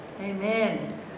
Amen